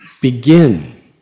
begin